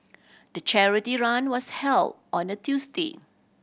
the charity run was held on a Tuesday